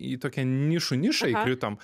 į tokią nišų nišą įkritom